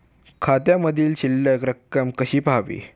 खात्यामधील शिल्लक रक्कम कशी पहावी?